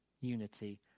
unity